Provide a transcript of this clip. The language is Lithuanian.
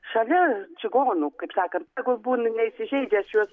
šalia čigonų kaip sakant tegul būna neįsižeidžia aš juos